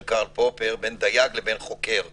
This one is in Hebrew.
קארל פופר בין דייג לבין חוקר באקדמיה.